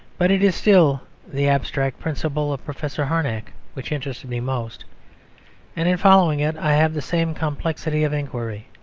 but it is still the abstract principle of professor harnack which interests me most and in following it i have the same complexity of enquiry,